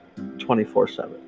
24-7